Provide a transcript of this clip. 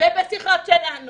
ובשיחות שלנו